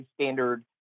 standard